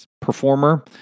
performer